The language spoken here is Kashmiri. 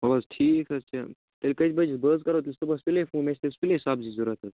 وَلہٕ حظ ٹھیٖک حظ چھُ تیٚلہِ کٔژِ بجہِ بہٕ حظ کرہو تیٚلہِ صُبحس سُلے فوٗن مےٚ چھِ تیٚلہٕ سُلے سبزی ضروٗرت حظ